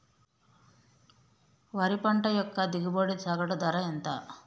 వరి పంట యొక్క దిగుబడి సగటు ధర ఎంత?